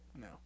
No